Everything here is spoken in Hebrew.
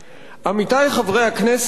עמיתי חברי הכנסת,